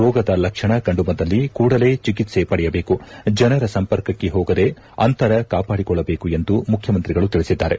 ರೋಗದ ಲಕ್ಷಣ ಕಂಡು ಬಂದಲ್ಲಿ ಕೂಡಲೇ ಚಿಕಿತ್ಸೆ ಪಡೆಯಬೇಕು ಜನರ ಸಂಪರ್ಕಕ್ಕೆ ಹೋಗದೆ ಅಂತರ ಕಾಪಾಡಿಕೊಳ್ಳಬೇಕು ಎಂದು ಮುಖ್ಯಮಂತ್ರಿಗಳು ತಿಳಿಸಿದ್ದಾರೆ